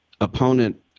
opponent